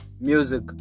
music